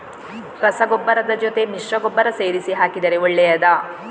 ರಸಗೊಬ್ಬರದ ಜೊತೆ ಮಿಶ್ರ ಗೊಬ್ಬರ ಸೇರಿಸಿ ಹಾಕಿದರೆ ಒಳ್ಳೆಯದಾ?